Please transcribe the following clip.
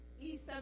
East